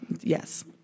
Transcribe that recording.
yes